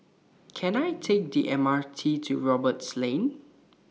Can I Take The M R T to Roberts Lane